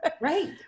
right